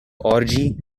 orgy